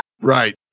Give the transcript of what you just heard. Right